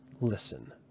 listen